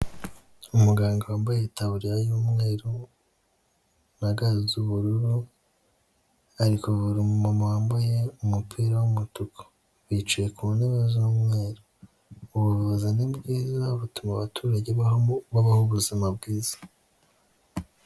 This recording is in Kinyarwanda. Umuganga wambaye itaburiya y'umweru na ga z'ubururu ari kuvura umumama wambaye umupira w'umutuku, bicaye ku ntebe z'umweru, ubuvuz ni bwiza butuma abaturage babaho ubuzima bwiza.